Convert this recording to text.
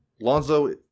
Lonzo